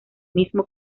mismo